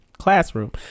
classroom